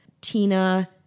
Tina